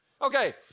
Okay